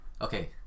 okay